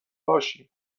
باشیم